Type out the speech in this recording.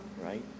right